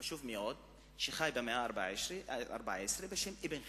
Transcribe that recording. חשוב מאוד, שחי במאה ה-14, בשם אבן ח'לדון.